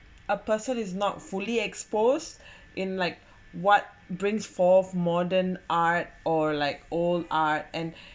a person is not fully exposed in like what brings forth modern art or like all art and